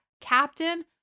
captain